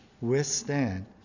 withstand